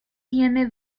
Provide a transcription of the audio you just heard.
tiene